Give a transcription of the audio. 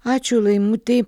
ačiū laimutei